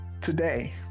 today